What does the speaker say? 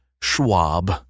Schwab